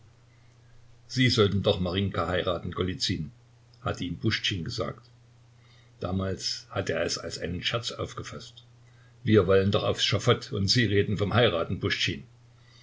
sie sollten doch marinjka heiraten golizyn hatte ihm puschtschin gesagt damals hatte er es als einen scherz aufgefaßt wir wollen doch aufs schafott und sie reden vom heiraten puschtschin